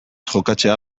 jokatzea